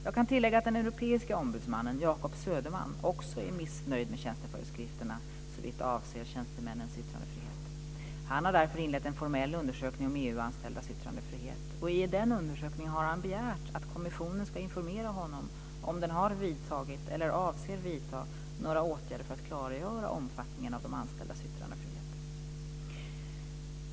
Jag kan tillägga att den europeiske ombudsmannen, Jacob Söderman, också är missnöjd med tjänsteföreskrifterna såvitt avser tjänstemännens yttrandefrihet. Han har därför inlett en formell undersökning om EU-anställdas yttrandefrihet. I den undersökningen har han begärt att kommissionen ska informera honom om den har vidtagit, eller avser vidta, några åtgärder för att klargöra omfattningen av de anställdas yttrandefrihet.